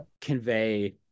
convey